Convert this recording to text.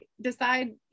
decide